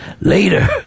Later